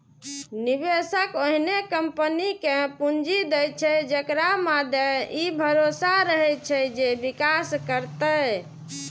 निवेशक ओहने कंपनी कें पूंजी दै छै, जेकरा मादे ई भरोसा रहै छै जे विकास करतै